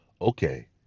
okay